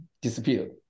disappeared